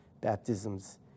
baptisms